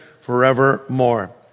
forevermore